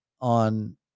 on